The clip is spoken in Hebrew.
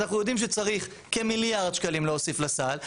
אז אנחנו יודעים שצריך כמיליארד שקלים להוסיף לסל.